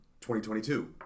2022